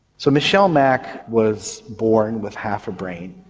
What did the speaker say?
so michelle mack was born with half a brain,